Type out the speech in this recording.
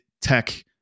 tech